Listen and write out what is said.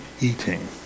eating